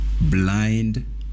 blind